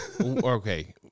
Okay